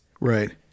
Right